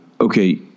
okay